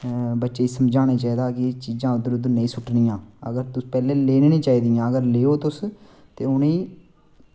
एह् बच्चें गी समझाना चाहिदा की एह् चीज़ां इद्धर उद्धर नेईं सुट्टनी चाही दियां ते लैना गै नेईं चाही दियां अगर लैओ तुस